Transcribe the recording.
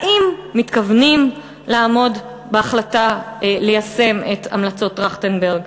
האם מתכוונים לעמוד בהחלטה ליישם את המלצות טרכטנברג?